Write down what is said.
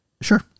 Sure